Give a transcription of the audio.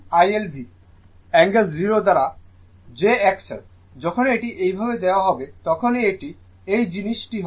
IL V angle 0 দ্বারা jXL যখনই এটি এইভাবে দেওয়া হবে তখনই এটি এই জিনিস টি হবে